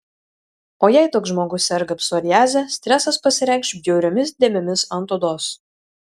o jei toks žmogus serga psoriaze stresas pasireikš bjauriomis dėmėmis ant odos